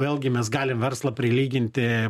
vėlgi mes galim verslą prilyginti